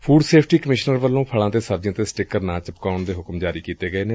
food safety commissioner ਵੱਲੋਂ ਫਲਾਂ ਅਤੇ ਸਬਜ਼ੀਆਂ ਉਂਤੇ ਸਟਿੱਕਰ ਨਾ ਚਿਪਕਾਉਣ ਦੇ ਹੁਕਮ ਜਾਰੀ ਕੀਤੇ ਗਏ ਨੇ